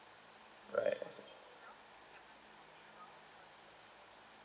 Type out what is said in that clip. right